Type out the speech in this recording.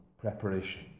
preparation